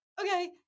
okay